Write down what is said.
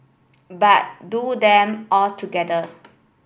but do them all together